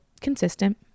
Consistent